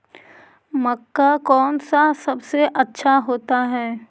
मक्का कौन सा सबसे अच्छा होता है?